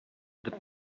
the